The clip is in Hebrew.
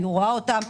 אני רואה אותן,